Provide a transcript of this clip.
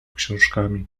książkami